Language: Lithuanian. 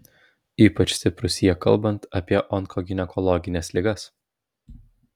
ypač stiprūs jie kalbant apie onkoginekologines ligas